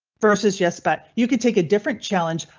versus yes, but you could take a different challenge.